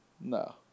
No